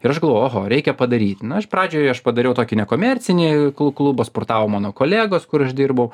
ir aš galvoju oho reikia padaryt na aš pradžioj aš padariau tokį nekomercinį klu klubą sportavo mano kolegos kur aš dirbau